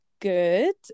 good